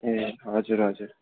ए हजुर हजुर